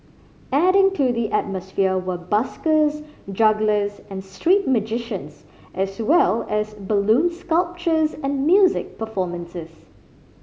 adding to the atmosphere were buskers jugglers and street magicians as well as balloon sculptures and music performances